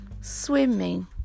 swimming